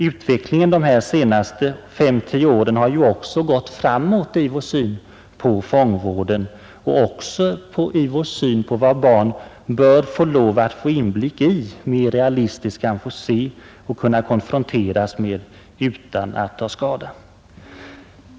Utvecklingen de senaste fem—tio åren har ju också gått framåt när det gäller vår syn på fångvården och även i fråga om vår syn på vad barn bör få lov att få Nr 62 inblick i och mer realistiskt konfronteras med utan att ta skada.